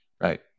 right